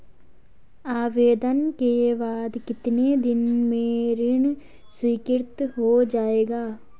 आवेदन के बाद कितने दिन में ऋण स्वीकृत हो जाएगा?